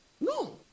No